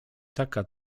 taka